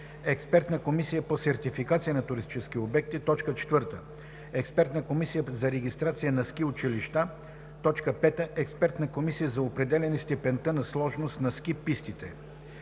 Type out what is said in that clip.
Експертна комисия по сертификация на туристически обекти (ЕКСТО); 4. Експертна комисия за регистрация на ски училища (ЕКРСУ); 5. Експертна комисия за определяне степента на сложност на ски пистите